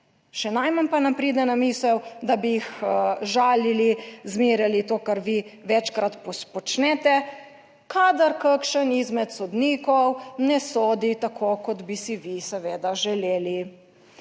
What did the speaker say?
Še najmanj pa nam pride na misel, da bi jih žalili, zmerjali - to, kar vi večkrat počnete, kadar kakšen izmed sodnikov ne sodi tako kot bi si vi seveda želeli.